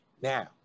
Now